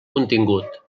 contingut